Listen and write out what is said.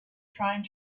trying